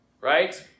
right